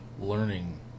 learning